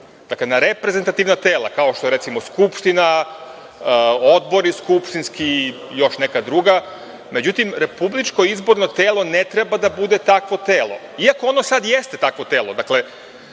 Dakle, na reprezentativna tela kao što je recimo Skupština, skupštinski odbori i još neka druga. Međutim, republičko izborno telo ne treba da bude takvo telo, iako ono sada jeste takvo telo. Dakle,